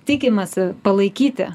tikimasi palaikyti